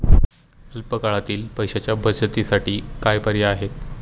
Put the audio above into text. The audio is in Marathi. अल्प काळासाठी पैशाच्या बचतीसाठी काय पर्याय आहेत?